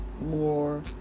more